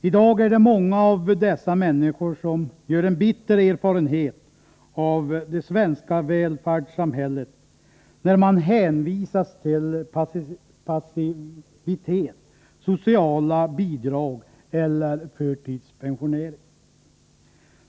I dag är det många av dessa människor som gör en bitter erfarenhet av det svenska välfärdssamhället, när de hänvisas till passivitet, sociala bidrag eller förtidspensionering.